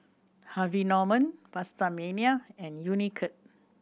Harvey Norman PastaMania and Unicurd